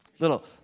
little